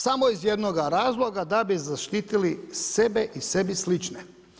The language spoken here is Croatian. Samo iz jednoga razloga, da bi zaštitili sebe i sebi slične.